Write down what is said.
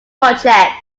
project